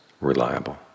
reliable